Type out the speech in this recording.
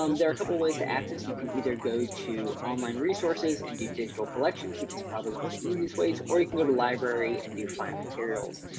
um there are a couple ways to access. you can either go to online resources and do digital collections, which is probably one of the easiest ways or you can go to library and do find materials.